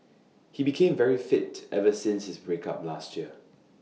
he became very fit ever since his break up last year